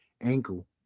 ankle